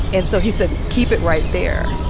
and so he said, keep it right there.